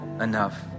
enough